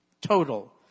total